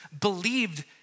believed